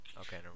Okay